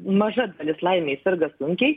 maža dalis laimei serga sunkiai